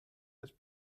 has